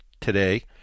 today